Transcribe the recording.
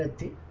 the